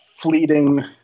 fleeting